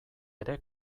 ere